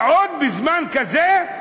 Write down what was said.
ועוד בזמן כזה?